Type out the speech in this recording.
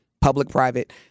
public-private